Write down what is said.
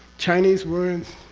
chinese words,